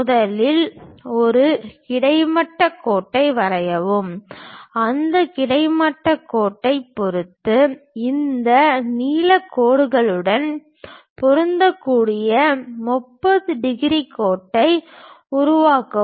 முதலில் ஒரு கிடைமட்ட கோட்டை வரையவும் அந்த கிடைமட்ட கோட்டைப் பொறுத்து இந்த நீலக் கோடுடன் பொருந்தக்கூடிய 30 டிகிரி கோட்டை உருவாக்கவும்